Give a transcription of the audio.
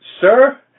Sir